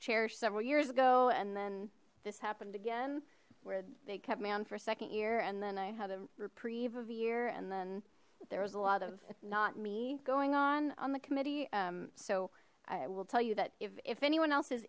cherished several years ago and then this happened again where they kept me on for a second year and then i had a reprieve of year and then there was a lot of not me going on on the committee so i will tell you that if anyone else